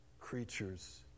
creature's